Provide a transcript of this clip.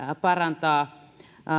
parantaa